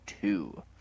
two